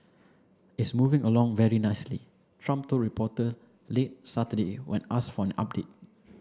it's moving along very nicely Trump told reporter late Saturday when asked for an update